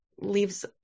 leaves